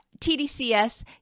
TDCS